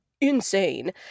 insane